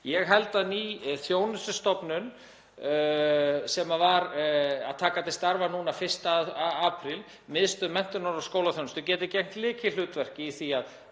Ég held að ný þjónustustofnun sem var að taka til starfa 1. apríl, Miðstöð menntunar og skólaþjónustu, geti gegnt lykilhlutverki í því að